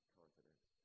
confidence